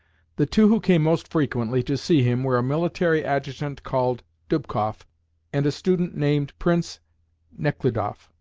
the two who came most frequently to see him were a military adjutant called dubkoff and a student named prince nechludoff.